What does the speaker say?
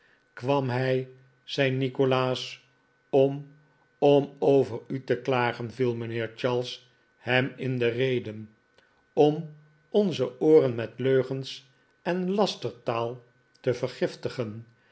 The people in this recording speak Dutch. kwam hij zei nikolaas om om over u te klagen viel mijnheer charles hem in de rede om onze ooren met leugens en lastertaal te vergiftigen